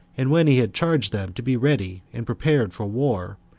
and when he had charged them to be ready and prepared for war,